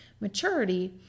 maturity